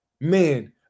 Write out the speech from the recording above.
man